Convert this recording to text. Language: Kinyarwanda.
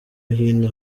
hino